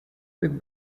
with